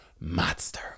monster